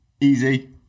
Easy